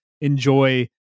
enjoy